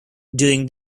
during